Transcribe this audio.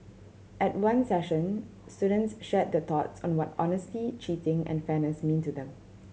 at one session students shared their thoughts on what honesty cheating and fairness mean to them